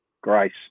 Grace